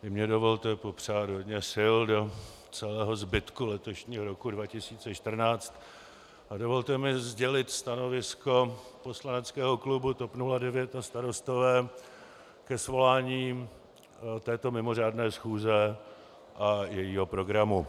I mně dovolte popřát hodně sil do celého zbytku letošního roku 2014 a dovolte mi sdělit stanovisko poslaneckého klubu TOP 09 a Starostové ke svolání této mimořádné schůze a jejího programu.